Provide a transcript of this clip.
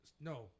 No